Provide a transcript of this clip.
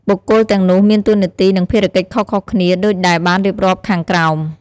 បុគ្គលទាំងនោះមានតួនាទី និងភារកិច្ចខុសៗគ្នាដូចដែលបានរៀបរាប់ខាងក្រោម។